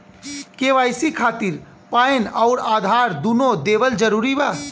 KYC खातिर PAN आउर आधार दुनों देवल जरूरी बा?